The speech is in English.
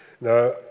Now